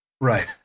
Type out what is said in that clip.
Right